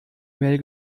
mail